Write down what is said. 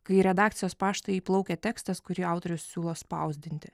kai redakcijos paštą įplaukia tekstas kurį autorius siūlo spausdinti